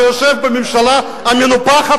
שיושב בממשלה המנופחת,